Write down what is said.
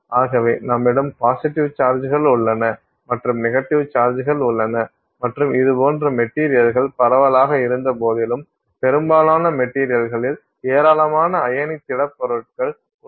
ஆகவே நம்மிடம் பாசிட்டிவ் சார்ஜ்கள் உள்ளன மற்றும் நெகட்டிவ் சார்ஜ்கள் உள்ளன மற்றும் இதுபோன்ற மெட்டீரியல்கள் பரவலாக இருந்தபோதிலும் பெரும்பாலான மெட்டீரியல்களில் ஏராளமான அயனி திடப்பொருட்கள் உள்ளன